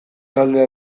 talde